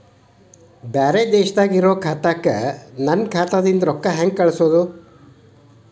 ಬ್ಯಾರೆ ದೇಶದಾಗ ಇರೋ ಖಾತಾಕ್ಕ ನನ್ನ ಖಾತಾದಿಂದ ರೊಕ್ಕ ಹೆಂಗ್ ಕಳಸೋದು?